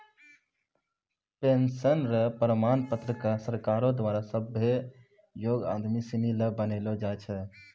pension र प्रमाण पत्र क सरकारो द्वारा सभ्भे योग्य आदमी सिनी ल बनैलो जाय छै